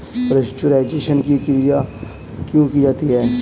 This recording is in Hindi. पाश्चुराइजेशन की क्रिया क्यों की जाती है?